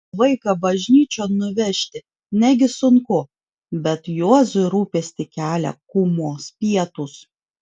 vaiką bažnyčion nuvežti negi sunku bet juozui rūpestį kelia kūmos pietūs